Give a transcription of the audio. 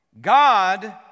God